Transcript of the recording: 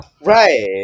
right